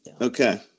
Okay